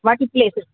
వాటి ప్లేసెస్